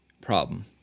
problem